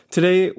Today